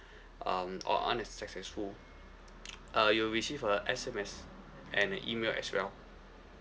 um or unsuccessful uh you will receive a S_M_S and an email as well